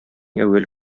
әүвәл